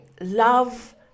love